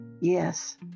Yes